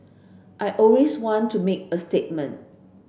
I always want to make a statement